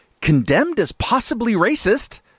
condemned-as-possibly-racist